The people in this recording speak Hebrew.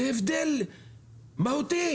זה הבדל מהותי.